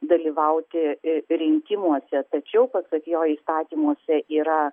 dalyvauti rinkimuose tačiau pasak jo įstatymuose yra